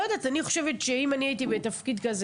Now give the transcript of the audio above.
אני חושבת שאם אני הייתי בתפקיד כזה